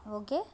okay